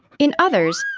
in others,